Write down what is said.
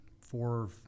four